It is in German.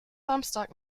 samstag